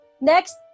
next